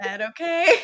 okay